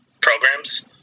programs